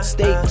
Stay